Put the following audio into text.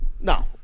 No